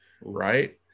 Right